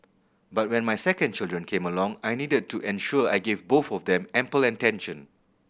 but when my second children came along I needed to ensure I gave both of them ample attention